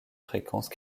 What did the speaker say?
fréquences